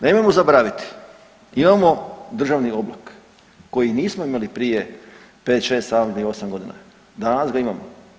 Nemojmo zaboraviti imamo državni oblak koji nismo imali prije 5,6,7 ili 8 godina, danas ga imamo.